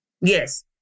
Yes